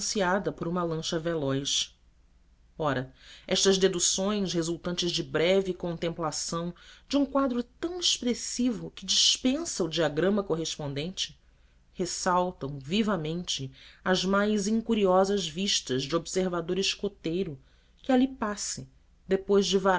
por uma lancha veloz ora estas deduções resultantes de breve contemplação de um quadro tão expressivo que dispensa o diagrama correspondente ressaltam vivamente às mais incuriosas vistas de observador escoteiro que ali passe depois de